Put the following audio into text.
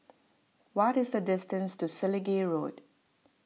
what is the distance to Selegie Road